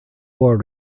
war